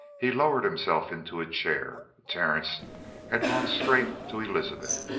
he lowered himself into a chair. terence had gone straight to elizabeth.